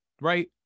right